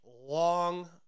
long